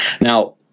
Now